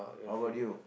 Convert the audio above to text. how about you